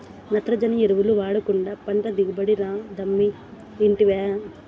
నత్రజని ఎరువులు వాడకుండా పంట దిగుబడి రాదమ్మీ ఇంటివా